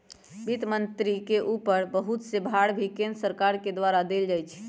वित्त मन्त्री के ऊपर बहुत से भार भी केन्द्र सरकार के द्वारा देल जा हई